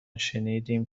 شنیدیم